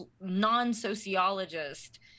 non-sociologist